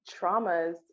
traumas